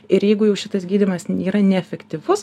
ir jeigu jau šitas gydymas yra neefektyvus